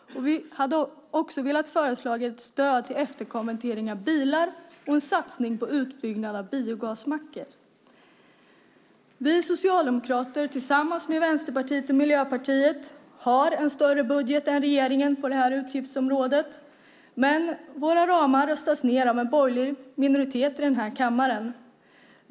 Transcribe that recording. Och vi hade också gärna velat föreslå stöd till efterkonvertering av bilar och en satsning på utbyggnad av biogasmackar. Vi socialdemokrater, tillsammans med Vänsterpartiet och Miljöpartiet, har en större budget än regeringen på det här utgiftsområdet, men våra ramar röstas ned av en borgerlig minoritet i kammaren.